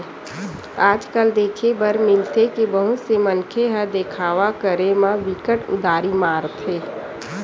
आज कल देखे बर मिलथे के बहुत से मनखे ह देखावा करे म बिकट उदारी मारथे